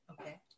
Okay